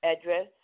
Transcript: address